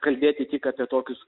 kalbėti tik apie tokius